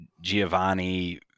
Giovanni